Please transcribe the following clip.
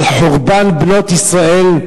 על חורבן בנות ישראל,